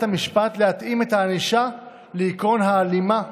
המשפט להתאים את הענישה לעקרון ההלימה,